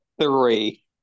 three